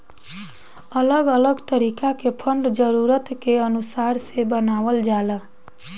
अलग अलग तरीका के फंड जरूरत के अनुसार से बनावल जाला